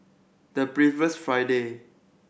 the previous Friday